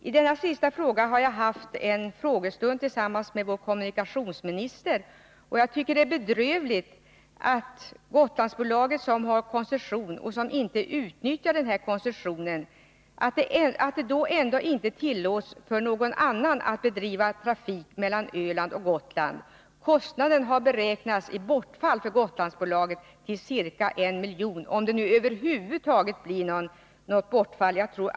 I denna fråga har jag haft en frågestund med kommunikationsministern. Gotlandsbolaget har koncession, men utnyttjar inte denna. Därför tycker jag att det är bedrövligt att inte någon annan tillåts bedriva trafik mellan Öland och Gotland. Kostnaden, i bortfall för Gotlandsbolaget, har beräknats till ca 1 milj.kr. För min del tror jag inte att det blir något bortfall alls.